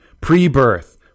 pre-birth